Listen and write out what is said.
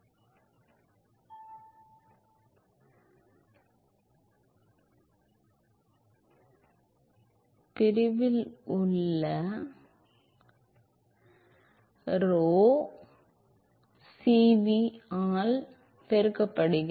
எந்த இடத்திலும் உள்ள உள் ஆற்றலுக்கு குறுக்குவெட்டின் மேல் உள்ள ஒருங்கிணைப்பு திரவத்தின் கொள்ளளவை விட மடங்கு அதிகமாகும் திரவத்தின் உள் திறன் இது rho Cv u ஆல் T ஆக dc ஆக பெருக்கப்படுகிறது